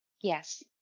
Yes